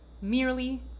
merely